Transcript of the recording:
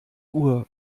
uhr